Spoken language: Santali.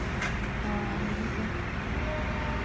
ᱦᱳᱭ ᱦᱤᱡᱩᱜ ᱵᱤᱱ